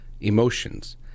emotions